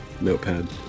Notepad